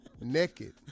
naked